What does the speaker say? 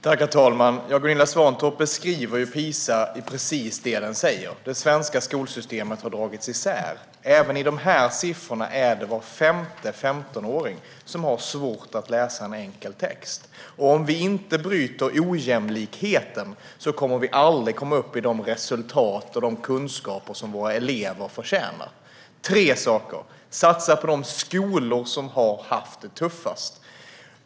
Herr talman! Gunilla Svantorp beskriver PISA precis som den visar. Det svenska skolsystemet har dragits isär. Även enligt de siffrorna är det var femte 15-åring som har svårt att läsa en enkel text. Om vi inte bryter ojämlikheten kommer vi aldrig att komma upp i det resultat och de kunskaper som eleverna förtjänar. Vi måste göra tre saker. Man måste satsa på de skolor som har haft det tuffast.